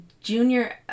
junior